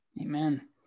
Amen